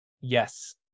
Yes